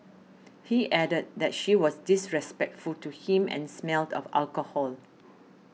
he added that she was disrespectful to him and smelled of alcohol